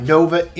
Nova